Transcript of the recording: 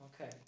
okay